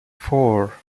four